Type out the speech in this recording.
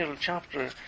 chapter